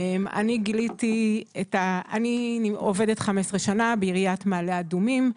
אני עובדת 15 שנה בעיריית מעלה אדומים,